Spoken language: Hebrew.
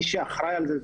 מי שאחראי על זה,